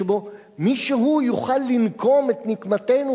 שבו מישהו יוכל לנקום את נקמתנו,